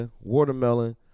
watermelon